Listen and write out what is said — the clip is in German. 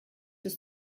des